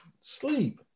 Sleep